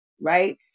right